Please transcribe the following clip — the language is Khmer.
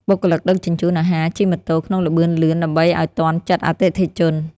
បុគ្គលិកដឹកជញ្ជូនអាហារជិះម៉ូតូក្នុងល្បឿនលឿនដើម្បីឱ្យទាន់ចិត្តអតិថិជន។